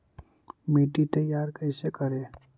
मिट्टी तैयारी कैसे करें?